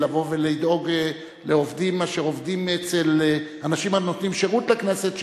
לבוא ולדאוג לעובדים אשר עובדים אצל אנשים הנותנים שירות לכנסת,